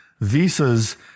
visas